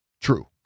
true